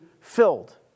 filled